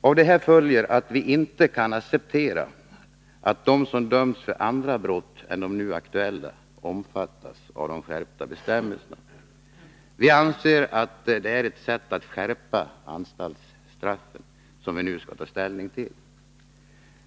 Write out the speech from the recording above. Av detta följer att vi inte kan acceptera att de som dömts för andra brott än de nu aktuella omfattas av de skärpta bestämmelserna. Vi anser att det är ett sätt att skärpa anstaltsstraffen, som vi inte nu skall ta ställning till.